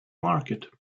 market